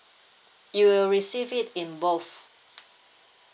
you will receive it in both